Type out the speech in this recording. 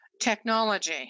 technology